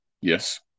Yes